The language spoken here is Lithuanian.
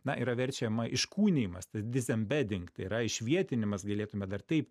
na yra verčiama iškūnijimas tas disembedding tai yra išvietinimas galėtume dar taip